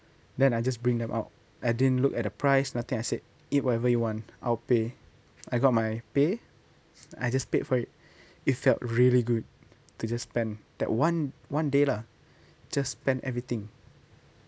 then I just bring them out I didn't look at the price nothing I said eat whatever you want I'll pay I got my pay I just paid for it it felt really good to just spend that one one day lah just spend everything